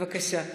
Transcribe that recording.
בבקשה.